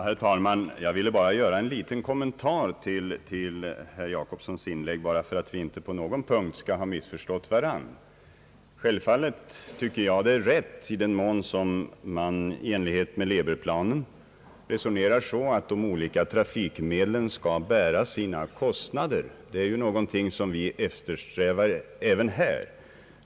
Herr talman! Jag vill bara göra en liten kommentar till herr Jacobssons inlägg för att vi inte på någon punkt skall missförstå varandra. Självklart tycker jag det är rätt att man i Leberplanen resonerar på det sättet att de olika trafikmedlen skall bära sina kostnader. Det är något som vi eftersträvar även i Sverige.